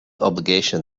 obligation